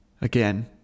Again